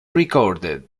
recorded